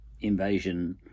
invasion